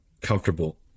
comfortable